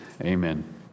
Amen